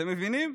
אתם מבינים?